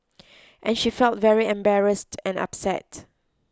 and she felt very embarrassed and upset